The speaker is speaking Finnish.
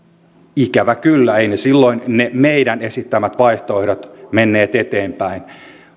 ikävä kyllä eivät ne meidän esittämämme vaihtoehdot silloin menneet eteenpäin